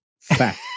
Fact